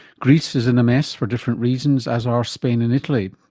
greece is in a mess for different reasons, as are spain and italy.